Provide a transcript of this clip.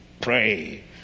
Pray